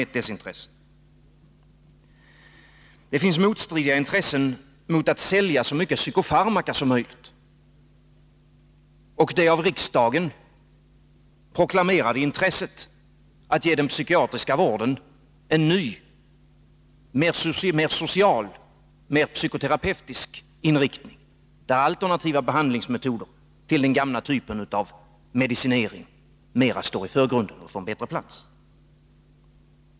Nr 23 Det finns motstridiga intressen mellan att sälja så mycket psykofarmaka Onsdagen den som möjligt och det av riksdagen proklamerade intresset att ge den 10 november 1982 psykiatriska vården en ny, mer social, mer psykoterapeutisk inriktning, där behandlingsmetoder som utgör alternativ till den gamla typen av medicine Statligt ägande ring mer står i förgrunden och får en bättre plats.